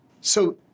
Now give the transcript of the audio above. So-